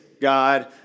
God